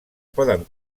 poden